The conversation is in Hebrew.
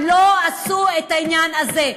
לא עשו את העניין הזה.